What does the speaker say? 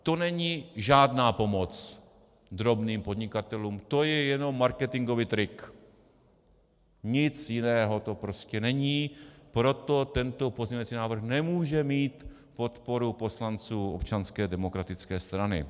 To není žádná pomoc drobným podnikatelům, to je jenom marketingový trik, nic jiného to prostě není, proto tento pozměňovací návrh nemůže mít podporu poslanců Občanské demokratické strany.